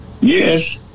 Yes